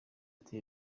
ati